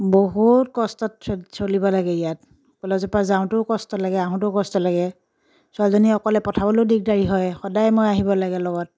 বহুত কষ্টত চলিব লাগে ইয়াত কলেজৰ পৰা যাওঁতেও কষ্ট লাগে আহোঁতেও কষ্ট লাগে ছোৱালীজনী অকলে পঠাবলৈও দিগদাৰি হয় সদায় মই আহিব লাগে লগত